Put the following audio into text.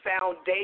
foundation